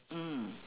mm